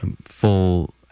full